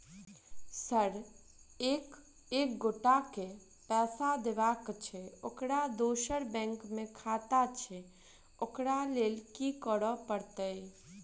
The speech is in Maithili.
सर एक एगोटा केँ पैसा देबाक छैय ओकर दोसर बैंक मे खाता छैय ओकरा लैल की करपरतैय?